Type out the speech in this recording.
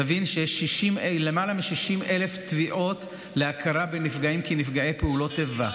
תבין שיש למעלה מ-60,000 תביעות להכרה בנפגעים כנפגעי פעולות איבה.